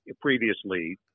Previously